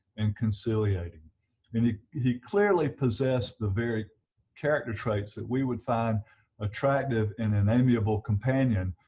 and conciliating and he he clearly possessed the very character traits that we would find attractive and an amiable companion,